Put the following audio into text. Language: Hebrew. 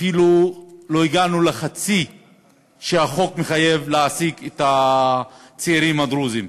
שאפילו לא הגענו לחצי ממה שהחוק מחייב בהעסקת הצעירים הדרוזים.